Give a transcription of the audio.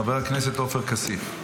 חבר הכנסת עופר כסיף.